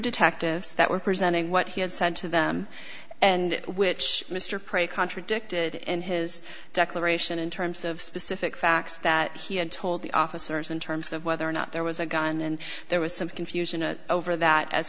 detectives that were presenting what he had said to them and which mr prey contradicted in his declaration in terms of specific facts that he had told the officers in terms of whether or not there was a gun and there was some confusion a over that as